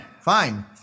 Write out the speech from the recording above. fine